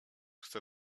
chcę